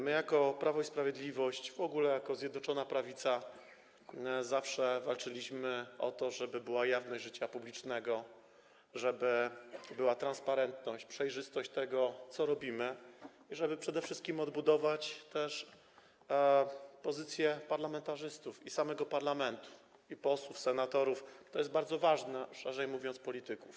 My, jako Prawo i Sprawiedliwość, w ogóle jako Zjednoczona Prawica zawsze walczyliśmy o to, żeby była jawność życia publicznego, żeby była transparentność, przejrzystość tego, co robimy, i żeby przede wszystkim odbudować pozycję parlamentarzystów i samego parlamentu, posłów, senatorów, szerzej mówiąc: polityków.